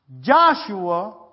Joshua